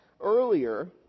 earlier